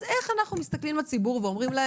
אז איך אנחנו מסתכלים לציבור ואומרים לו: